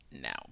Now